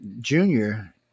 Junior